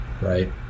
right